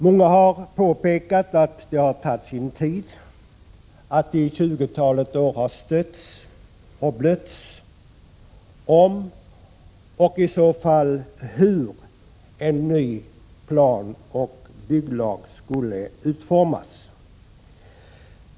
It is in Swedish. Många har påpekat att det har tagit sin tid, att det i ett tjugotal år har stötts och blötts om — och i så fall hur — en ny planoch bygglag skulle utformas.